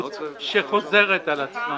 התנהגות שחוזרת על עצמה".